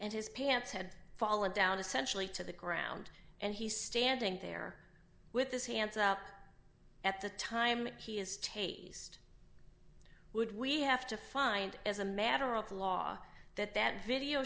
and his pants had fallen down essentially to the ground and he's standing there with his hands up at the time he is taste would we have to find as a matter of law that that video